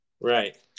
Right